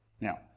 Now